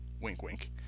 wink-wink